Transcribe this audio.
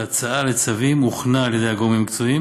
והצעה לצווים הוכנה על ידי הגורמים המקצועיים